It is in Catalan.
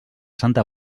santa